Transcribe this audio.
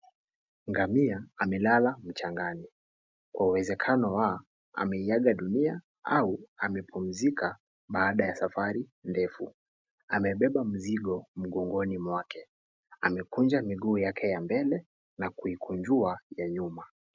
Ngamia amelala mchangani kwa uwezekano wa ameiaga dunia au amepumzika baada ya safari ndefu. Amebeba mzigo mgongoni mwake. Amekunja miguu yake ya mbele na kuikunjua ya nyuma.